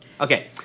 Okay